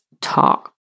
talk